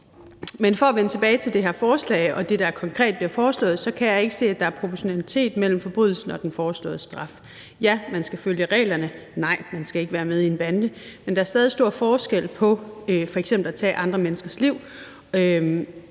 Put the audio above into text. Men for at vende tilbage til det her forslag og det, der konkret bliver foreslået, kan jeg ikke se, at der er proportionalitet mellem forbrydelsen og den foreslåede straf. Ja, man skal følge reglerne, og nej, man skal ikke være med i en bande, men der er stadig stor forskel på f.eks. at tage andre menneskers liv